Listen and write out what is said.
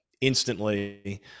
instantly